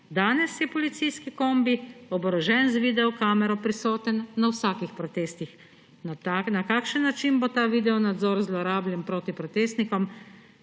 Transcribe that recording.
Danes je policijski kombi, oborožen z videokamero, prisoten na vsakih protestih. Na kakšen način bo ta videonadzor zlorabljen proti protestnikom,